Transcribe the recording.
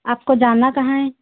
आपको जाना कहाँ है